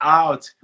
out